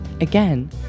Again